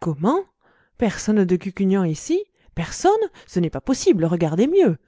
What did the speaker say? comment personne de cucugnan ici personne ce n'est pas possible regardez mieux